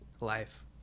life